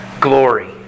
glory